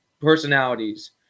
personalities